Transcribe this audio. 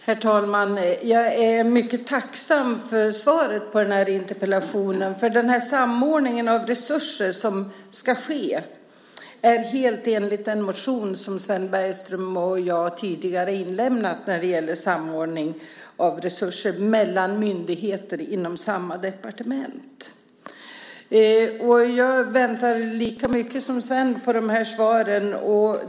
Herr talman! Jag är mycket tacksam för svaret på den här interpellationen, för den samordning av resurser som ska ske är helt enligt en motion som Sven Bergström och jag tidigare inlämnat när det gäller samordning av resurser mellan myndigheter inom samma departement. Jag väntar lika mycket som Sven på de här svaren.